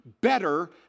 better